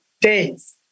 days